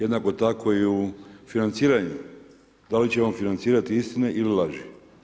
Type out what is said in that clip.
Jednako tako i u financiranju, da li ćemo financirati istine ili laži.